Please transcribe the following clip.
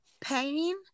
pain